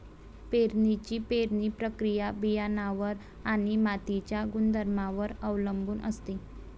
पेरणीची पेरणी प्रक्रिया बियाणांवर आणि मातीच्या गुणधर्मांवर अवलंबून असते